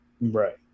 Right